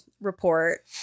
report